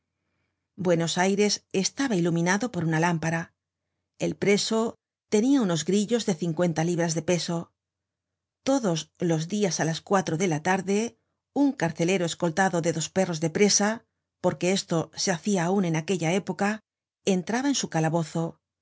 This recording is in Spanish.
calabozo buenos aires estaba iluminado por una lámpara el preso tenia unos grillos de cincuenta libras de peso todos los dias á las cuatro de la tarde un carcelero escoltado de dos perros de presaporque esto se hacia aun en aquella época entraba en su calabozo